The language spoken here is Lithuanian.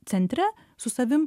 centre su savim